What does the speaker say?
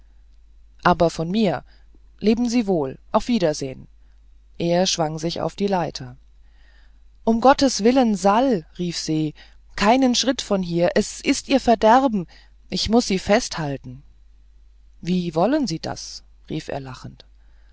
aber von mir leben sie wohl auf wiedersehen er schwang sich auf die leiter um gottes willen sal rief se keinen schritt von hier es ist ihr verderben ich muß sie festhalten wie wollen sie das rief er lachend